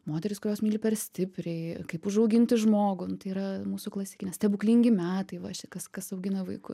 moterys kurios myli per stipriai kaip užauginti žmogų yra mūsų klasikinės stebuklingi metai va čia kas kas augina vaiku